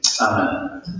Amen